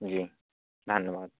जी धन्यवाद